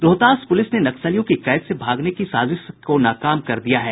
Rohtas police ने नक्सलियों की कैद से भागने की साजिश को नाकाम कर दिया है